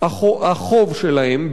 החוב שלהם,